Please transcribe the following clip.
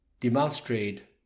demonstrate